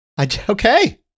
Okay